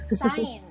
sign